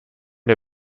der